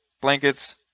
blankets